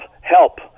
help